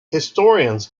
historians